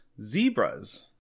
Zebras